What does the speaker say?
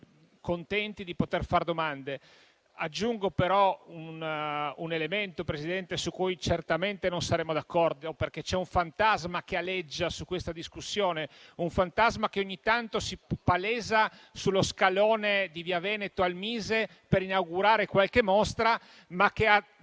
molto contenti di poter fare domande. Aggiungo però un elemento, Presidente, su cui certamente non saremo d'accordo, perché c'è un fantasma che aleggia su questa discussione e che ogni tanto si palesa sullo scalone di via Veneto al Ministero delle imprese e del